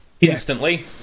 Instantly